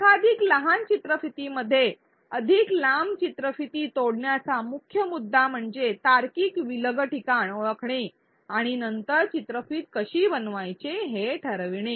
एकाधिक लहान चित्रफितीमध्ये अधिक लांब चित्रफिती तोडण्याचा मुख्य मुद्दा म्हणजे तार्किक विलग ठिकाण ओळखणे आणि नंतर चित्रफित कशी बनवायची हे ठरविणे